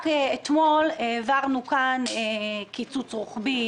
רק אתמול העברנו כאן קיצוץ רוחבי,